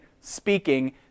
speaking